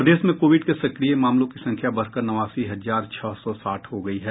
प्रदेश में कोविड के सक्रिय मामलों की संख्या बढ़ कर नवासी हजार छह सौ साठ हो गयी है